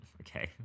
okay